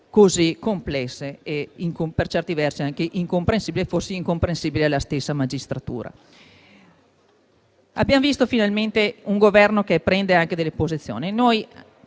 così complesse e per certi versi anche incomprensibili, forse anche alla stessa magistratura. Abbiamo visto finalmente un Governo che prende anche posizione.